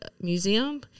Museum